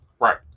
Right